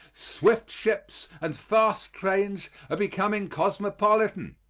swift ships and fast trains are becoming cosmopolitan.